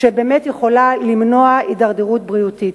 שבאמת יכולה למנוע הידרדרות בריאותית.